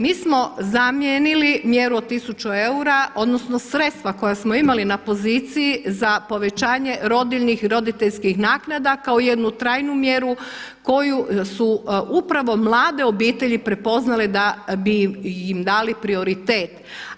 Mi smo zamijenili mjeru od 1000 eura, odnosno sredstva koja smo imali na poziciji za povećanje rodiljnih i roditeljskih naknada kao jednu trajnu mjeru koju su upravo mlade obitelji prepoznale da bi im dali prioritet.